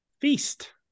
feast